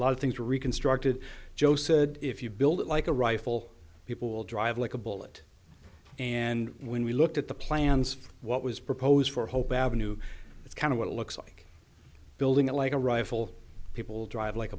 lot of things were reconstructed joe said if you build it like a rifle people will drive like a bullet and when we looked at the plans what was proposed for hope avenue is kind of what it looks like building it like a rifle people drive